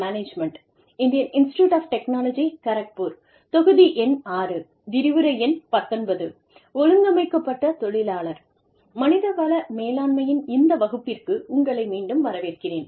மனிதவள மேலாண்மையின் இந்த வகுப்பிற்கு உங்களை மீண்டும் வரவேற்கிறேன்